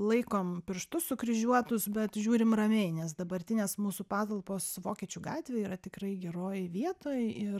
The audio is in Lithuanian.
laikom pirštus sukryžiuotus bet žiūrim ramiai nes dabartinės mūsų patalpos vokiečių gatvėj yra tikrai geroj vietoj ir